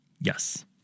Yes